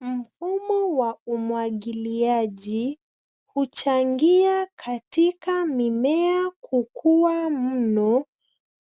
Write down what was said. Mfumo wa umwagiliaji huchangia katika mimea kukua mno